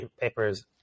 papers